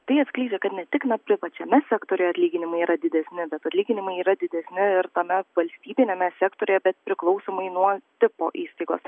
tai atskleidžia kad ne tik privačiame sektoriuje atlyginimai yra didesni bet atlyginimai yra didesni ir tuomet valstybiniame sektoriuje bet priklausomai nuo tipo įstaigos